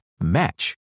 match